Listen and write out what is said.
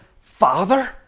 Father